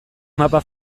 mapa